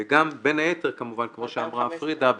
וגם בין היתר כמובן כמו שאמרה פרידה,